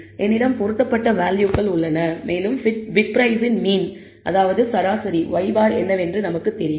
என்னிடம் பொருத்தப்பட்ட வேல்யூகள் உள்ளன மேலும் பிட் பிரைஸின் மீன் அதாவது சராசரி y̅ என்னவென்று நமக்கு தெரியும்